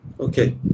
Okay